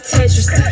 Tetris